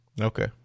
Okay